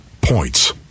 points